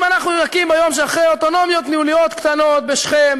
אם אנחנו נקים ביום שאחרי אוטונומיות ניהוליות קטנות בשכם,